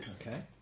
okay